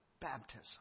baptism